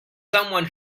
someone